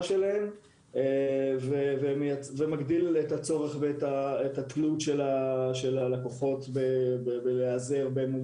ומגביר את התלות של לקוחותיהם בהם.